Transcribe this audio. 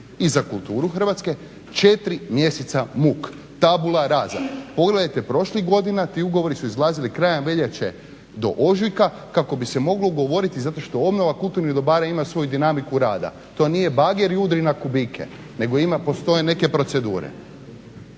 i za kulturu Hrvatske 4 mjeseca muk, tabula … Pogledajte prošlih godina ti ugovori su izlazili krajem veljače do ožujka kako bi se moglo ugovoriti zato što obnova kulturnih dobara ima svoju dinamiku rada. To nije bager i udri na kubike nego postoje neke procedure.